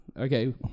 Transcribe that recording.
Okay